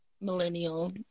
millennial